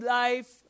life